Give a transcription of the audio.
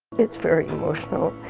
it's very emotional